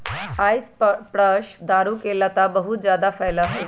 cypress दारू के लता बहुत जादा फैला हई